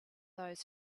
those